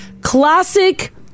classic